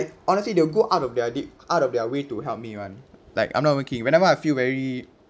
honestly they'll go out of their dee~ out of their way to help me [one] like I'm not even kidding whenever I feel very